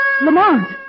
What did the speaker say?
Lamont